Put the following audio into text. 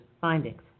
findings